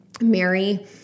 Mary